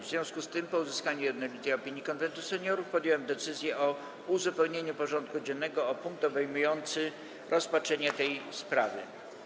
W związku z tym, po uzyskaniu jednolitej opinii Konwentu Seniorów, podjąłem decyzję o uzupełnieniu porządku dziennego o punkt obejmujący rozpatrzenie tej sprawy.